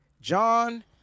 John